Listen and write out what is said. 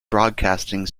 broadcasting